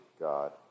God